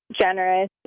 generous